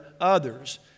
others